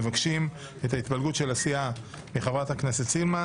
מבקשים את ההתפלגות של הסיעה מחברת הכנסת סילמן.